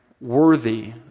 worthy